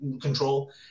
control